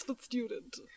student